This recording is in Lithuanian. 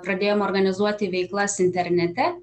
pradėjom organizuoti veiklas internete